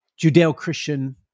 Judeo-Christian